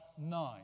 nine